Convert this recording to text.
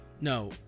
No